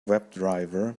webdriver